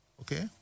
okay